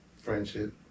Friendship